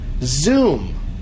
Zoom